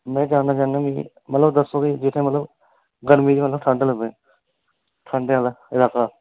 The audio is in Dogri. में जानना चाह्न्नां मिगी मतलब दस्सो कि जित्थै मतलब गर्मी निं मतलब ठंड लब्भै ठंड आह्ला लाका